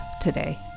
today